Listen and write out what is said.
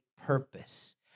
purpose